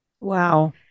Wow